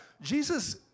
Jesus